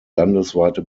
landesweite